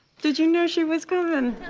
did you know she was coming?